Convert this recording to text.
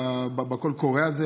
שינוי בקול קורא הזה,